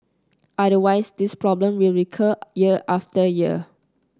otherwise this problem will recur year after year